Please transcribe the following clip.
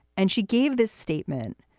and she gave this statement,